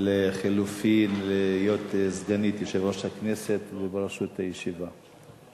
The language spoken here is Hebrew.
לחילופין להיות סגנית יושב-ראש הכנסת ובראשות הישיבה.